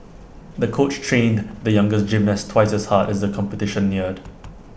the coach trained the young gymnast twice as hard as the competition neared